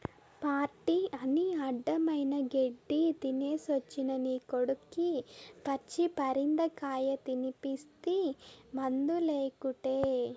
party అని అడ్డమైన గెడ్డీ తినేసొచ్చిన నీ కొడుక్కి పచ్చి పరిందకాయ తినిపిస్తీ మందులేకుటే